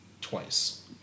twice